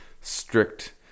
strict